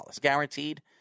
guaranteed